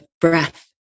breath